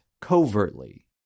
covertly